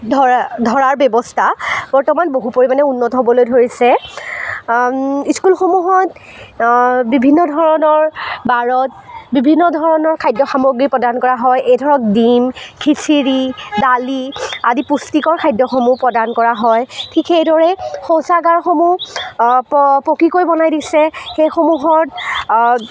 ধৰা ধৰাৰ ব্যৱস্থা বৰ্তমান বহু পৰিমানে উন্নত হ'বলৈ ধৰিছে স্কুলসমূহত বিভিন্ন ধৰণৰ বাৰত বিভিন্ন ধৰণৰ খাদ্যসামগ্ৰী প্ৰদান কৰা হয় এই ধৰক ডিম খিচিৰি দালি আদি পুষ্টিকৰ খাদ্যসমূহ প্ৰদান কৰা হয় ঠিক সেইদৰে শৌচাগাৰসমূহ পকীকৈ বনাই দিছে সেইসমূহত